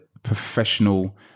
professional